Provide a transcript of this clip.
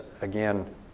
again